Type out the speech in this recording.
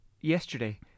yesterday